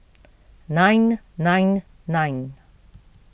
nine nine nine